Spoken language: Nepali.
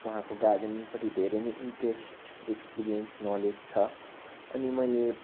वहाँको गार्डेनिङपट्टि धेरै नै इन्ट्रेस्ट एक्सपिरियन्स नलेज छ अनि मैले